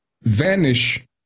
vanish